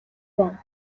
байна